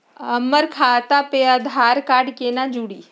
हमर खतवा मे आधार कार्ड केना जुड़ी?